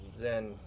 Zen